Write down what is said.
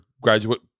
graduate